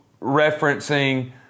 referencing